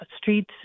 streets